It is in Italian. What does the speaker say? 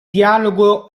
dialogo